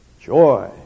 joy